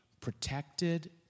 protected